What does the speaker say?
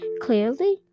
clearly